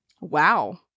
Wow